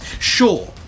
sure